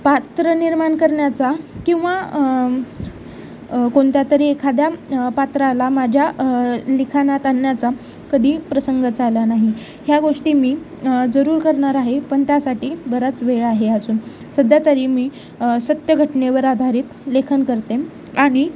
पात्र निर्माण करण्याचा किंवा कोणत्या तरी एखाद्या पात्राला माझ्या लिखाणात आणण्याचा कधी प्रसंगच आला नाही ह्या गोष्टी मी जरूर करणार आहे पण त्यासाठी बराच वेळ आहे अजून सध्या तरी मी सत्य घटनेवर आधारित लेखन करते आणि